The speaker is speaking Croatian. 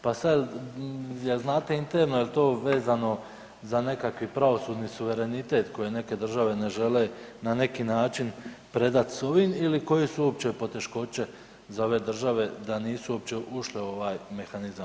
Pa sada jel' znate interno jel' to vezano za nekakvi pravosudni suverenitet koje neke države ne žele na neki način predati s ovim ili koje su uopće poteškoće za ove države da nisu uopće ušle u ovaj mehanizam